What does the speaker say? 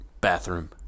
bathroom